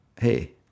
hey